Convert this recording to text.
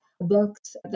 books